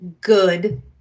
good